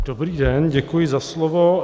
Dobrý den, děkuji za slovo.